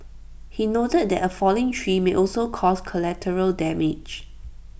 he noted that A falling tree may also cause collateral damage